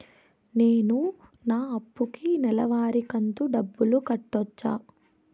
నేను నా అప్పుకి నెలవారి కంతు డబ్బులు కట్టొచ్చా?